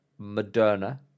Moderna